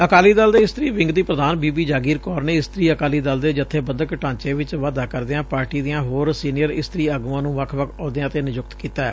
ਅਕਾਲੀ ਦਲ ਦੇ ਇਸਤਰੀ ਵਿੰਗ ਦੀ ਪ੍ਰਧਾਨ ਬੀਬੀ ਜਾਗੀਰ ਕੌਰ ਨੇ ਇਸਤਰੀ ਅਕਾਲੀ ਦਲ ਦੇ ਜਬੇਬੰਦਕ ਢਾਂਚੇ ਚ ਵਾਧਾ ਕਰਦਿਆਂ ਪਾਰਟੀ ਦੀਆਂ ਹੋਰ ਸੀਨੀਅਰ ਇਸਤਰੀ ਆਗੂਆਂ ਨੂੰ ਵੱਖ ਵੱਖ ਅਹੁੱਦਿਆਂ ਤੇ ਨਿਯੁਕਤ ਕੀਤੈ